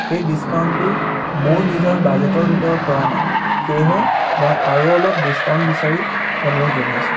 সেই ডিছাকাউণ্টটো মোৰ নিজৰ বাজেটৰ ভিতৰত পৰা নাই সেয়েহে মই আৰু অলপ ডিছকাউণ্ট বিচাৰি অনুৰোধ জনাইছোঁ